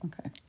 okay